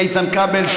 איתן כבל,